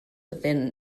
within